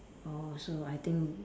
oh so I think